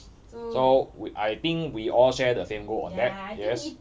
so I think we all share the same goal on that yes